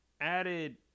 added